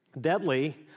deadly